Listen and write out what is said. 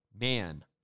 man